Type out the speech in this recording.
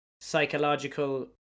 psychological